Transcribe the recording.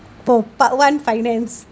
oh part one finance